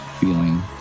Feeling